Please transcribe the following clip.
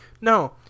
No